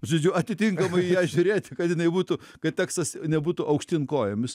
žodžiu atitinkamai į ją žiūrėti kad jinai būtų kad tekstas nebūtų aukštyn kojomis